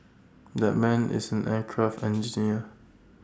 that man is an aircraft engineer